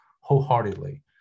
wholeheartedly